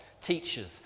teachers